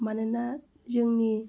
मानोना जोंनि